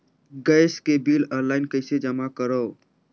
Gas के bill online कइसे जमा करव?